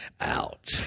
out